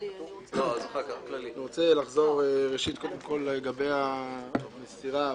אני רוצה לחזור לגבי המסירה